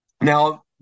Now